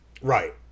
Right